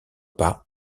pas